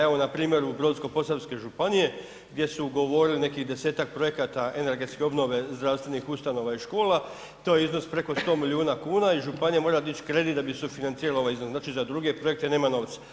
Evo npr. u Brodsko-posavskoj županiji gdje su ugovorili nekih 10-tak projekata energetske obnove zdravstvenih ustanova i škola to je iznos preko 100 milijuna kuna i županija mora dići kredit da bi sufinancirala ovaj iznos, znači za druge projekte nema novca.